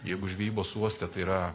jeigu žvejybos uoste tai yra